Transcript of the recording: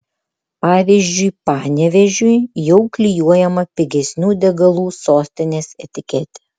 pavyzdžiui panevėžiui jau klijuojama pigesnių degalų sostinės etiketė